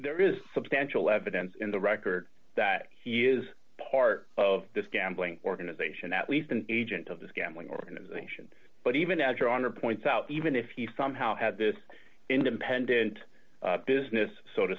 there is substantial evidence in the record that he is part of this gambling organization at least an agent of this gambling organization but even as your honor points out even if he somehow had this independent business so to